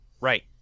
Right